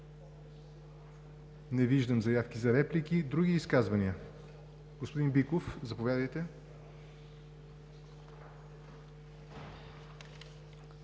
Не виждам заявки за реплики. Други изказвания? Господин Биков, заповядайте